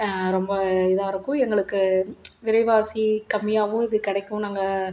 ரொம்ப இதாக இருக்கும் எங்களுக்கு விலைவாசி கம்மியாகவும் இது கிடைக்கும் நாங்கள்